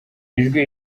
ijwi